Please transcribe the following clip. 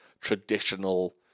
traditional